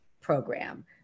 program